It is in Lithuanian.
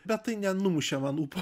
bet tai nenumušė man ūpo